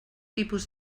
tipus